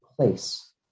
place